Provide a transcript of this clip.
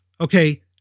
okay